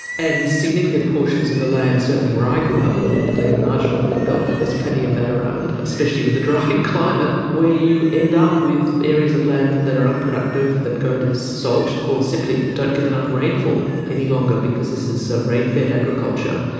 and significant portions of the land, certainly where i grew up, admittedly a marginal wheat belt, but there's plenty of that around especially with the drying climate, where you end up with areas of land that are unproductive, that go to salt or simply don't get enough rainfall any longer, because this is ah rain-fed agriculture,